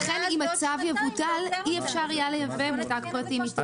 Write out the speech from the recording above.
לכן אם הצו יבוטל אי אפשר יהיה לייבא מותג פרטי מתורכיה.